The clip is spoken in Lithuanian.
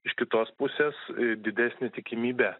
iš kitos pusės didesnė tikimybė